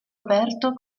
aperto